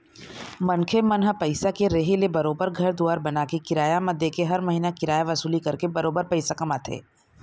मनखे मन ह पइसा के रेहे ले बरोबर घर दुवार बनाके, किराया म देके हर महिना किराया वसूली करके बरोबर पइसा कमाथे